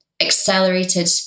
accelerated